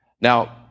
Now